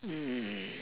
mm